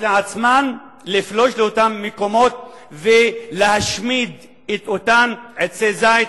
מרשות לעצמן לפלוש לאותם מקומות ולהשמיד את אותם עצי זית,